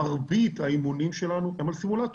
מרבית האימונים שלנו הם על סימולטור,